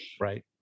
right